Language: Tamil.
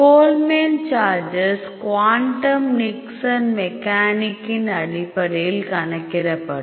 Coleman charges quantum Nixon mechanic இன் அடிப்படையில் கணக்கிடப்படும்